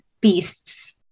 beasts